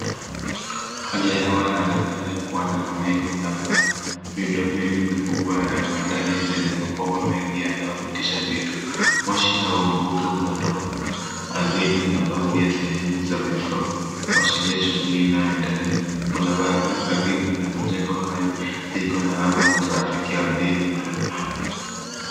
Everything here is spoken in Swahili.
Hali ya hewa inaonekana kuwa na mawingu na kuna viundo mbinu mikubwa ya viwandani zenye mapambo mengi ya nayopitisha vitu. Moshi au mvuke unatoka ardhini na baadhi ya sehemu za vifaa, kuashiria shughuli inayoendelea. Kuna barabara karibu na majengo hayo, iko na namba za kitrafiki ardhini.